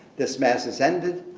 this mass has ended.